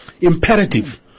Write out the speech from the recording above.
imperative